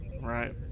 Right